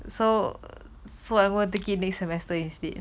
so so I'm gonna take it next semester instead